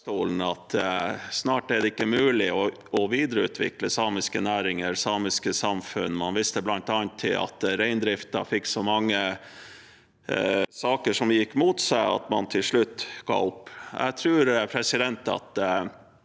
snart ikke er mulig å videreutvikle samiske næringer og samiske samfunn. Man viser bl.a. til at reindriften fikk så mange saker som gikk imot dem, at de til slutt ga opp. Jeg tror at det